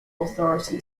authority